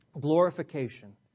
Glorification